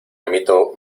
amito